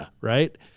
Right